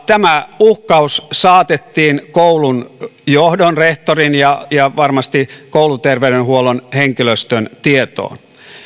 tämä uhkaus saatettiin koulun johdon rehtorin ja ja varmasti kouluterveydenhuollon henkilöstön tietoon